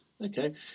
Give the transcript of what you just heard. okay